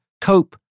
cope